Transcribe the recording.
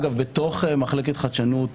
בתוך מחלקת חדשנות